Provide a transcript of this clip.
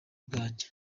bwanjye